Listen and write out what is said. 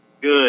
Good